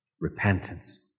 Repentance